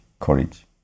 courage